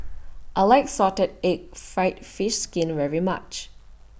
I like Salted Egg Fried Fish Skin very much